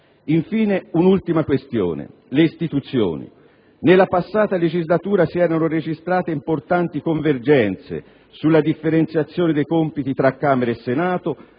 Infine un'ultima questione: le istituzioni. Nella passata legislatura si erano registrate importanti convergenze sulla differenziazione dei compiti tra Camera e Senato,